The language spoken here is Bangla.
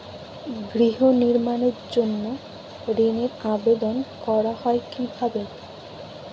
গৃহ নির্মাণের জন্য ঋণের আবেদন করা হয় কিভাবে?